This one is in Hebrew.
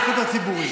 לזכות הציבור.